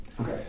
Okay